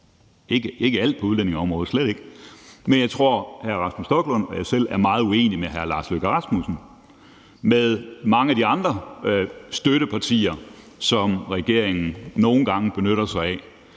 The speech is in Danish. om alt på udlændingeområdet, slet ikke. Men jeg tror, at hr. Rasmus Stoklund og jeg selv er meget uenige med udenrigsministeren og med mange af de andre støttepartier, som regeringen nogle gange benytter sig af.